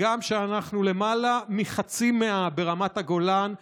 הגם שאנחנו למעלה מחצי מאה ברמת הגולן,